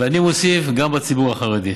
ואני מוסיף: גם בציבור החרדי.